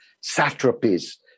satrapies